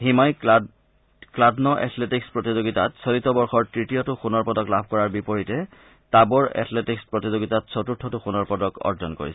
হিমাই Kladno athletics প্ৰতিযোগিতাত চলিত বৰ্ষৰ তৃতীয়টো সোণৰ পদক লাভ কৰাৰ বিপৰীতে টাবৰ এথলেটিকছ প্ৰতিযোগিতাত চতুৰ্থটো সোণৰ পদক অৰ্জন কৰিছে